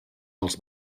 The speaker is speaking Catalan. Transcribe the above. als